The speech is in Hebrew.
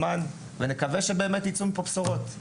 נקווה שבאמת ייצאו מפה בשורות.